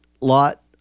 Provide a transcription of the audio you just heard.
lot